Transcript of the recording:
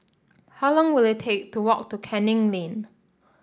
how long will it take to walk to Canning Lane